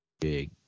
big